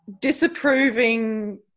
disapproving